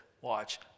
watch